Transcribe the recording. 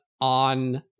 on